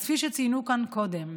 אז כפי שציינו כאן קודם,